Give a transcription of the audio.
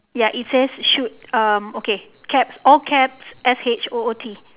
ya it says shoot um okay caps all caps S H O O T